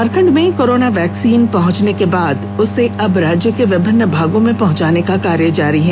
झारखंड में corona vaccine पहुंचने के बाद उसे अब राज्य के विभिन्न भागों में पहुंचाने का कार्य जारी है